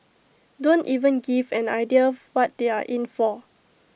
don't even give an idea what they are in for